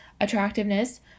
attractiveness